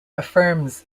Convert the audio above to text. affirms